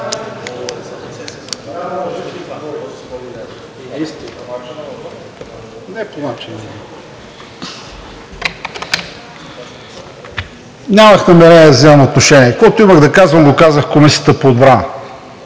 Нямах намерение да вземам отношение. Каквото имах да казвам, го казах в Комисията по отбрана.